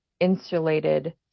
insulated